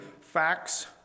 facts